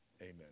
amen